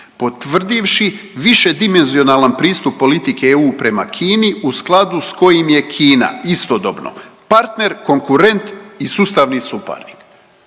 potvrdivši više dimenzionalan pristup politike EU prema Kini u skladu s kojim je Kina istodobno partner, konkurent i sustavni suparnik.“.